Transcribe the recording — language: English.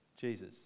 Jesus